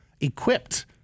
equipped